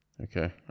Okay